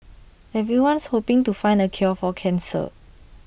everyone's hoping to find the cure for cancer